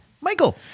Michael